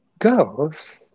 girls